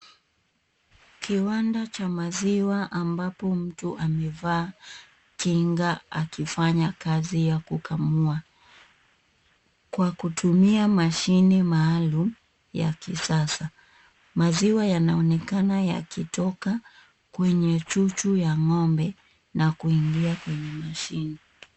Kiwanda cha maziwa ambapo mtu amevaa kinga akifanya kazi ya kukamua kwa kutumia mashini maalum ya kisasa. Maziwa yanaonekana yakitoka kwenye chuchu ya ng'ombe na kuingia kwenye mashini.